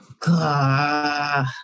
God